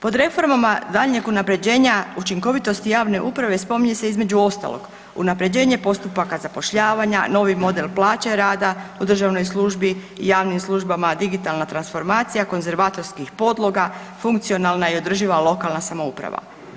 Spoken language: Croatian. Pod reformama daljnjeg unapređenja učinkovitosti javne uprave spominje se između ostalog unapređenje postupaka zapošljavanja, novi model plaće rada u državnoj službi, javnim službama, digitalna transformacija konzervatorskih podloga, funkcionalna i održiva lokalna samouprava.